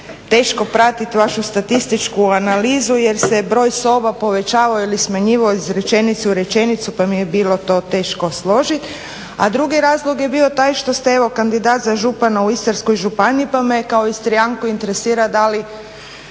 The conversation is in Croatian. teško pratit vašu statističku analizu jer se broj soba povećavao ili smanjivao iz rečenice u rečenicu pa mi je bilo to teško složit. A drugi razlog je bio taj što ste evo kandidat za župana u Istarskoj županiji pa me kao Istrijanku interesira da li